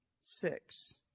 six